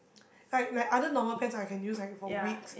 like like other normal pens I can use like for weeks